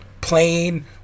plain